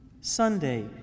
Sunday